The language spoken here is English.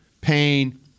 pain